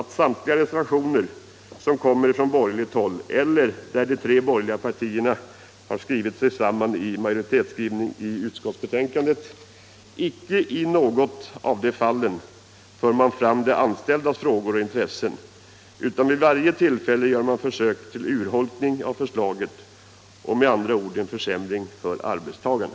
Det bör noteras att de tre borgerliga partierna inte i något fall där de avgivit reservationer eller skrivit sig samman i utskottsbetänkandet för fram de anställdas frågor och intressen utan försöker urholka förslaget, vilket med andra ord innebär försämringar för arbetstagarna.